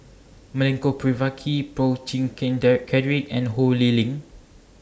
Milenko Prvacki Boo Chee Keng Derek Cedric and Ho Lee Ling